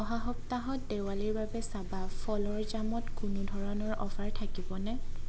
অহা সপ্তাহত দেৱালীৰ বাবে চাবা ফলৰ জামত কোনো ধৰণৰ অফাৰ থাকিবনে